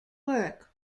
work